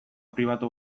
pribatu